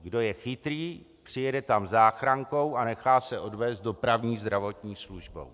Kdo je chytrý, přijede tam záchrankou a nechá se odvézt dopravní zdravotní službou.